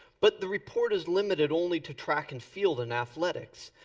but the report is limited only to track and field in athletics.